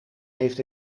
heeft